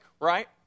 right